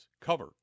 Cover